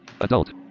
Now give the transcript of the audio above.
Adult